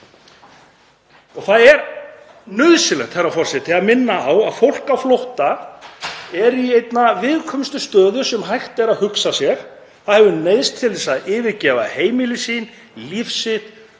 Og það er nauðsynlegt, herra forseti, að minna á að fólk á flótta er í einni viðkvæmustu stöðu sem hægt er að hugsa sér. Það hefur neyðst til að yfirgefa heimili sín, líf sitt,